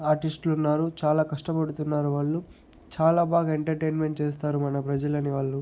ఆర్టిస్టులు ఉన్నారు చాలా కష్టపడుతున్నారు వాళ్ళు చాలా బాగా ఎంటర్టైన్మెంట్ చేస్తారు మన ప్రజలని వాళ్ళు